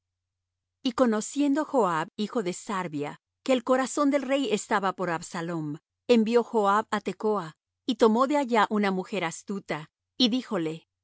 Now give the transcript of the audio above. y conociendo joab hijo de sarvia que el corazón del rey estaba por absalom envió joab á tecoa y tomó de allá una mujer astuta y díjole